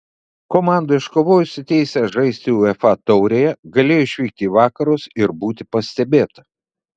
komanda iškovojusi teisę žaisti uefa taurėje galėjo išvykti į vakarus ir būti pastebėta